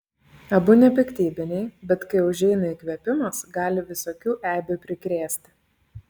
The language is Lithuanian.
abu nepiktybiniai bet kai užeina įkvėpimas gali visokių eibių prikrėsti